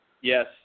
Yes